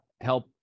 help